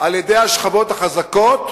מאוד על-ידי השכבות החזקות,